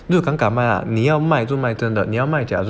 you know 真的 nearby